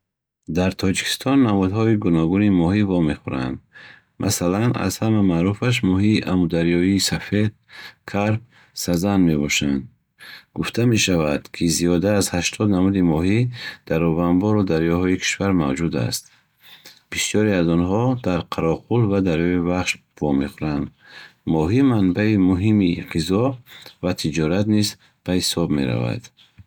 Дар Тоҷикистон намудҳои гуногуни моҳӣ вомехӯранд. Масалан, аз ҳама маъруфаш моҳии амударёӣ сафед, карп, сазан мебошанд. Гуфта мешавад, ки зиёда аз ҳаштод намуди моҳӣ дар обанбору дарёҳои кишвар мавҷуд аст. Бисёре аз онҳо дар Қарокӯл ва дарёи Вахш вомехӯранд. Моҳӣ манбаи муҳимми ғизо ва тиҷорат низ ба ҳисоб меравад.